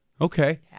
Okay